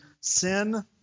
sin